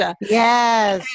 Yes